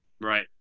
Right